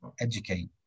educate